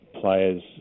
players